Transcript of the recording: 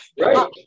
Right